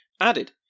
added